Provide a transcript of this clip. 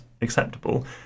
acceptable